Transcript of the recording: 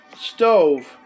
stove